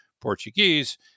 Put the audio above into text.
Portuguese